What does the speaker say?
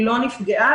לא נפגעה.